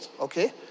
okay